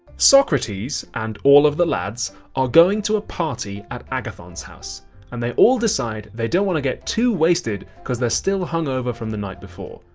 socrates and all of the lads are going to a party at agathon's house and they all deicide they don't wanna get too wasted cause they're still hungover from the night before.